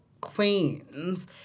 queens